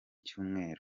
cyumweru